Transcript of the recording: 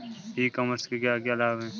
ई commerce के क्या क्या लाभ हैं?